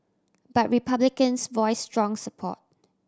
but Republicans voice strong support